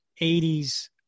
80s